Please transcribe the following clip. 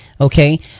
okay